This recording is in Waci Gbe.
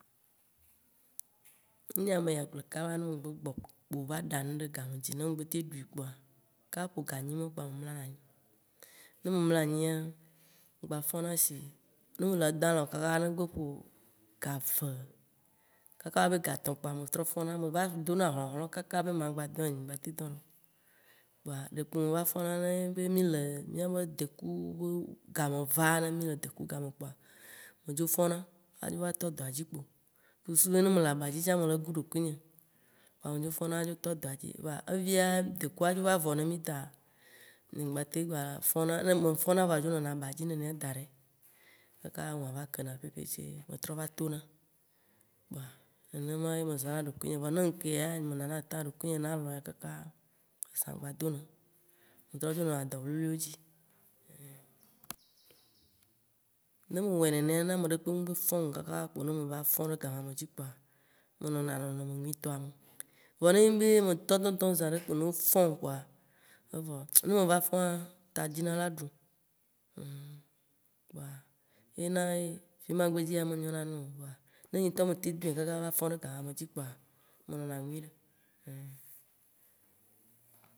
Ne nyea me yi agble kaba ne me gbe gbɔ, va ɖa nu ɖe game dzi ne megbe teŋ ɖui kpoa, kaka ne ƒo ga enyi mɔwo kpoa me mlɔna anyi, ne me mlɔ anyia, mgba fɔ̃na sie ne mele dã alɔ̃ kaka ne gbe ƒo ga ve kaka wo be ga etɔ̃ kpoa me trɔ fɔ̃na, me va dona hɔ̃hlɔ̃ aka be ma gba dɔe vɔa nye ŋgba tem dɔnɛo, kpoa ɖekpo meva fɔ̃na ne nyi be mì le mìa be deku be ga me va, ne mì le deku be game kpoa, me dzo fɔ̃na adzo va tɔ doa dzi kpo ku susu be ne mele aba dzi tsã, mele gu ɖokui nye. Kpoa me dzo fɔ̃na adzo tɔ dɔa dzi. Vɔa evia ya dekua dzo va vɔ ne mì ta, nye ŋgba teŋ gba fɔ̃na, ne me fɔ̃na vɔa dzo nɔna aba dzi nenea da ɖe kaka nua va kena ƒuoƒuo ce me trɔ va tona, kpoa nenema ye me zãna ɖokuiwo nye ye ma vɔa, ne ŋu ke ya nye me nana temps ɖokuinye na alɔ̃a kaka azã gba dona o, me trɔ dzo nɔna dɔ wluiwluiwo dzi einhĩ. Ne mewɔe, ne ameɖekpe mgbe fɔ̃ mo kaka ne va fɔ̃ ɖe gama me dzi kpoa, me nɔna nɔnɔme nyuitɔa nu. Vɔa ne nyi be metɔ edɔdɔ zã ɖe ne wo fɔ̃m kpoa, evɔ ne me va fɔ̃a, ta dzina la ɖum. Uuummm, kpoa, yena ye fima godzi ya me nyona nu ŋu o. Vɔa ne nye ŋtɔ meteŋ dɔe kaka va fɔ̃ ɖe ga mame dzi kpoa, menɔna nyui ɖe.